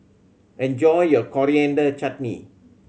enjoy your Coriander Chutney